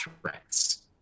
threats